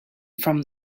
from